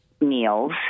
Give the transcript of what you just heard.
meals